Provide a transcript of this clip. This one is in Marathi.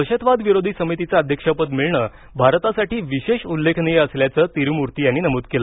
दहशतवादविरोधी समितीचं अध्यक्षपद मिळणं भारतासाठी विशेष उल्लेखनीय असल्याचं तिरुमूर्ती यांनी नमूद केलं